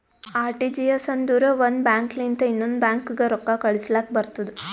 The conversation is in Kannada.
ಆರ್.ಟಿ.ಜಿ.ಎಸ್ ಅಂದುರ್ ಒಂದ್ ಬ್ಯಾಂಕ್ ಲಿಂತ ಇನ್ನೊಂದ್ ಬ್ಯಾಂಕ್ಗ ರೊಕ್ಕಾ ಕಳುಸ್ಲಾಕ್ ಬರ್ತುದ್